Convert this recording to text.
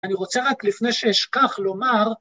‫אני רוצה רק לפני שאשכח לומר...